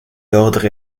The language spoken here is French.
l’ordre